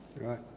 Right